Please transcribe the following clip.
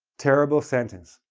terrible sentence.